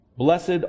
Blessed